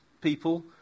people